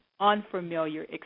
unfamiliar